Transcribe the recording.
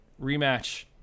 rematch